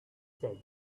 said